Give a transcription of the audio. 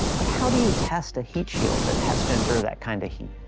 but how do you test a heat shield that has to endure that kind of heat?